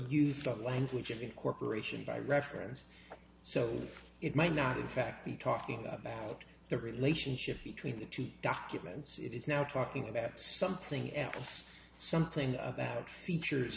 used the language of incorporation by reference so it might not in fact be talking about the relationship between the two documents it is now talking about something else something about features